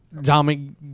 Dominic